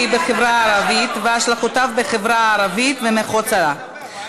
בחברה הערבית והשלכותיו בחברה הערבית ומחוצה לה,